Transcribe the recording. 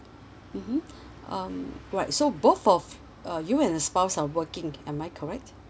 mmhmm um alright so both of uh you and your spouse are working am I correct